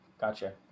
Gotcha